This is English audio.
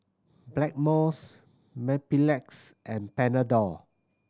Blackmores Mepilex and Panadol